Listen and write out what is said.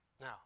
Now